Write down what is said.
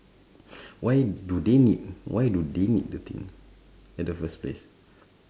why do they need why do they need the thing in the first place